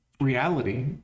reality